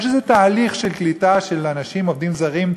יש איזה תהליך של קליטת אנשים עובדים זרים,